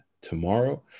tomorrow